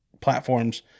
platforms